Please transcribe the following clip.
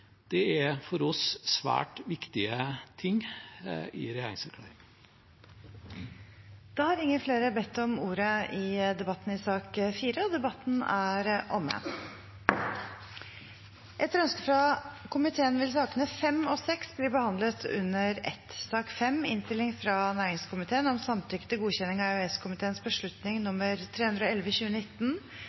Det er for oss svært viktige ting i regjeringsplattformen. Flere har ikke bedt om ordet til sak nr. 4. Etter ønske fra næringskomiteen vil sakene nr. 5 og 6 bli behandlet under ett.